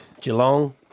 Geelong